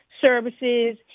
services